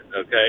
okay